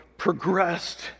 progressed